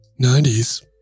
90s